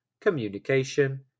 communication